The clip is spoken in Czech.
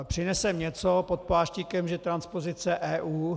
Přineseme něco pod pláštíkem, že transpozice EU.